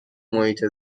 محیط